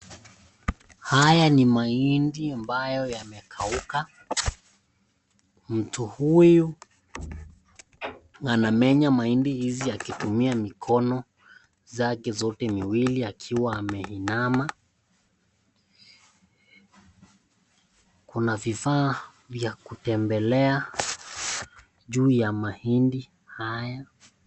Haya ni mahindi ambayo yamekauka. Mtu huyu anamenya mahindi hizi akitumia mikono zake zote miwili akiwa ameinama. Kuna vifaa vya kutembelea juu ya mahindi haya.